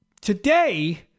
today